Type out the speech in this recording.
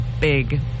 big